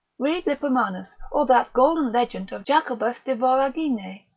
read lippomanus, or that golden legend of jacobus de voragine,